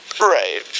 Right